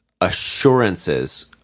assurances